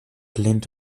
lento